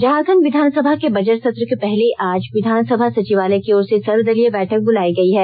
झारखंड विधानसभा के बजट सत्र के पहले आज विधानसभा सचिवालय की ओर से सर्वदलीय बैठक ब्लायी गई है